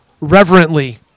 reverently